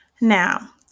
Now